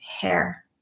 hair